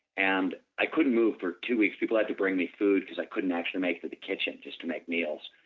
and i couldn't move for two weeks, people had to bring me food because i couldn't actually make it to the kitchen just to make meals,